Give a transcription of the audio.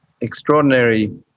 extraordinary